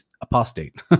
apostate